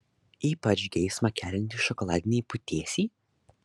ypač geismą keliantys šokoladiniai putėsiai